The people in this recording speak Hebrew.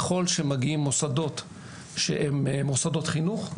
ככל שמגיעים מוסדות שהם מוסדות חינוך,